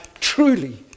truly